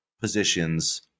positions